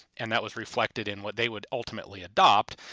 and that was reflected in what they would ultimately adopt.